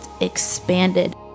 expanded